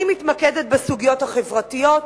אני מתמקדת בסוגיות החברתיות.